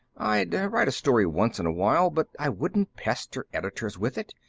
i'd write a story once in a while, but i wouldn't pester editors with it.